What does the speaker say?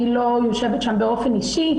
אני לא יושבת שם באופן אישי,